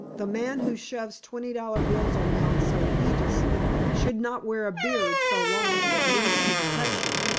the man who shoves twenty-dollar bills around so heedlessly should not wear a beard so long it leads to detection.